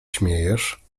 śmiejesz